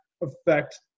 effect